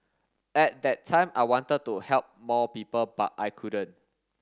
at that time I wanted to help more people but I couldn't